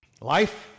Life